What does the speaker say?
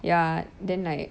ya then like